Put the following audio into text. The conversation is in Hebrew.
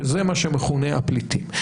שזה מה שמכונה הפליטים.